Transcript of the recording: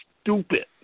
stupid